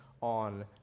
on